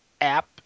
app